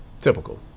typical